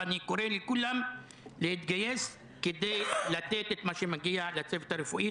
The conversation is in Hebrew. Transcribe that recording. ואני קורא לכולם להתגייס כדי לתת את מה שמגיע לצוות הרפואי.